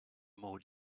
more